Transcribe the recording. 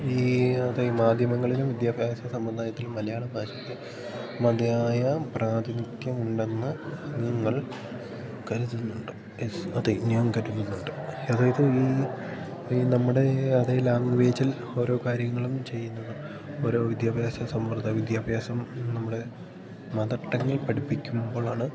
ഈ അതെ മാധ്യമങ്ങളിലും വിദ്യാഭ്യാസ സമ്പ്രദായത്തിലും മലയാള ഭാഷയക്ക് മതിയായ പ്രാതിനിധ്യം ഉണ്ടെന്ന് നിങ്ങൾ കരുതുന്നുണ്ടോ യെസ് അതെ ഞാൻ കരുതുന്നുണ്ട് അതായത് ഈ ഈ നമ്മുടെ അതേ ലാംഗ്വേജിൽ ഓരോ കാര്യങ്ങളും ചെയ്യുന്നത് ഓരോ വിദ്യാഭ്യാസ സമ്പ്രദായം വിദ്യാഭ്യാസം നമ്മുടെ മദർടങ്ങിൽ പഠിപ്പിക്കുമ്പോഴാണ്